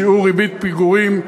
שיעור ריבית פיגורים),